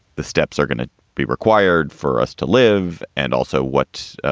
the steps are going to be required for us to live? and also what,